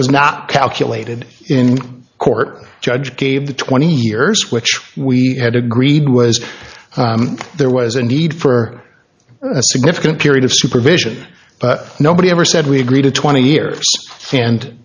was not calculated in court judge gave the twenty years which we had agreed was there was a need for a significant period of supervision but nobody ever said we agree to twenty years and